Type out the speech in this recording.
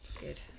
Good